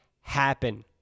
happen